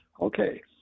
Okay